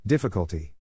Difficulty